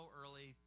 early